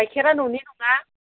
गाइखेरा न'नि नङा